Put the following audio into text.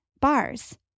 Bars